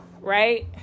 right